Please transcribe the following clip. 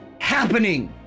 happening